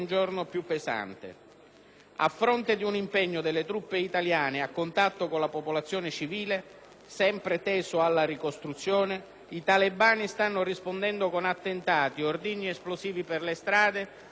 A fronte di un impegno delle truppe italiane a contatto con la popolazione civile, sempre teso alla ricostruzione, i talebani stanno rispondendo con attentati, ordigni esplosivi per le strade, lanci di razzi.